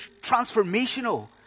transformational